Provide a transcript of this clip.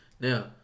Now